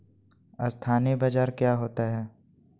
अस्थानी बाजार क्या होता है?